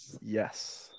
Yes